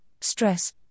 stress